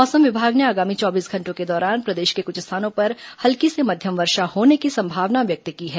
मौसम विभाग ने आगामी चौबीस घंटों के दौरान प्रदेश के कुछ स्थानों पर हल्की से मध्यम वर्षा होने की संभावना व्यक्त की है